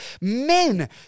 men